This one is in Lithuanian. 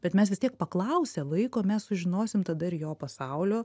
bet mes vis tiek paklausę vaiko mes sužinosim tada ir jo pasaulio